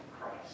Christ